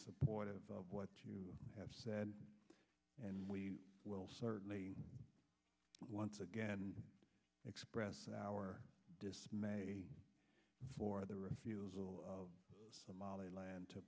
supportive of what you have said and we will certainly once again express our dismay for the refusal of somaliland to